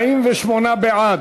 48 בעד,